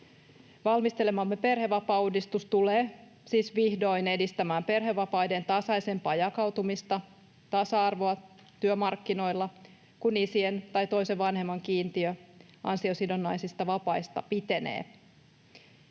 Valmistelemamme perhevapaauudistus tulee siis vihdoin edistämään perhevapaiden tasaisempaa jakautumista ja tasa-arvoa työmarkkinoilla, kun isien tai toisen vanhemman kiintiö ansiosidonnaisista vapaista pitenee.